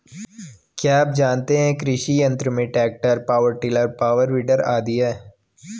क्या आप जानते है कृषि यंत्र में tractor, power tiller, power weeder आदि है?